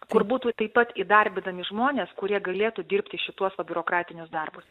kur būtų taip pat įdarbinami žmonės kurie galėtų dirbti šituos va biurokratinius darbus